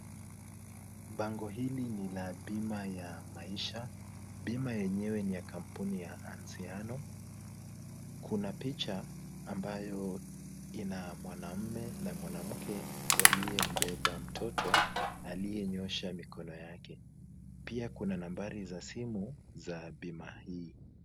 Bango hili ni la bima ya maisha, bima yenyewe ya kampuni ya Anziano, kuna picha ambayo ina mwanamume na mwanamke waliyembeba mtoto, aliyenyosha mikono yake. Pia kuna nambari za simu za bima hii.